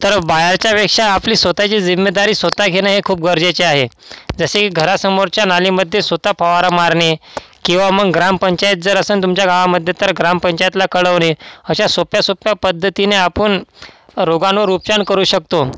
तर बाहेरच्यापेक्षा आपली स्वतःची जिम्मेदारी स्वतः घेणं हे खूप गरजेचे आहे जसे घरासमोरच्या नालीमध्ये स्वतः फवारा मारणे किंवा मग ग्रामपंचायत जर असंन तुमच्या गावामध्ये तर ग्रामपंचायतला कळवणे अशा सोप्या सोप्या पद्धतीने आपण रोगांवर उपचार करू शकतो